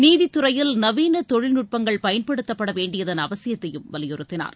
நீதித்துறையில் நவீன தொழில்நுட்பங்கள் பயன்படுத்தப்பட வேண்டியதன் அவசியத்தையும் வலியுறுத்தினார்